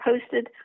posted